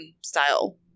style